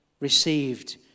received